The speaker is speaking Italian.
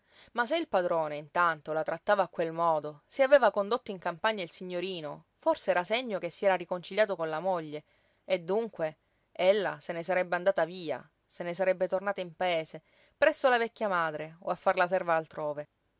ma se il padrone intanto la trattava a quel modo se aveva condotto in campagna il signorino forse era segno che si era riconciliato con la moglie e dunque ella se ne sarebbe andata via se ne sarebbe tornata in paese presso la vecchia madre o a far la serva altrove